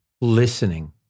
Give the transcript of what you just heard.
listening